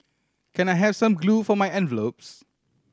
can I have some glue for my envelopes